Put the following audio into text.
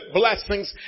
blessings